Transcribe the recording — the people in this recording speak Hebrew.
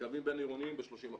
בקווים בין עירוניים ב-30%.